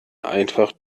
einfach